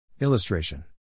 Illustration